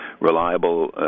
reliable